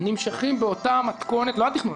נמשכים באותה מתכונת לא התכנון,